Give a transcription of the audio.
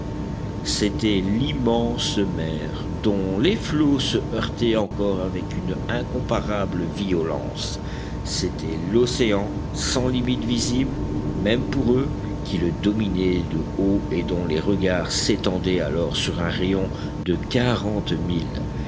c'était l'immense mer dont les flots se heurtaient encore avec une incomparable violence c'était l'océan sans limites visibles même pour eux qui le dominaient de haut et dont les regards s'étendaient alors sur un rayon de